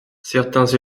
certains